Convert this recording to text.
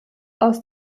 aus